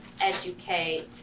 educate